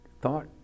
thought